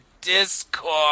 discord